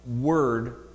word